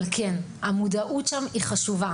אבל המודעות שם היא חשובה.